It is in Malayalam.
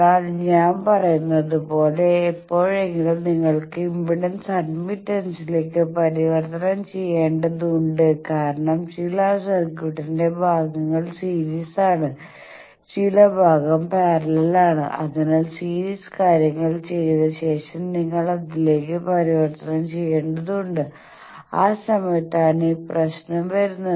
എന്നാൽ ഞാൻ പറയുന്നത് പോലെ എപ്പോഴെങ്കിലും നിങ്ങൾക്ക് ഇംപെഡൻസ് അഡ്മിറ്റൻസിലേക്ക് പരിവർത്തനം ചെയ്യേണ്ടതുണ്ട് കാരണം ചില സർക്യൂട്ടിന്റെ ഭാഗങ്ങൾ സീരീസ് ആണ് ചില ഭാഗം പാരലൽ ആണ് അതിനാൽ സീരീസ് കാര്യങ്ങൾ ചെയ്ത ശേഷം നിങ്ങൾ അതിലേക്ക് പരിവർത്തനം ചെയ്യേണ്ടതുണ്ട് ആ സമയത്താണ് ഈ പ്രശ്നം വരുന്നത്